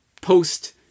post